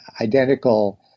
identical